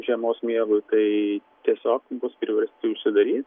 žiemos miegui tai tiesiog bus priversti užsidaryt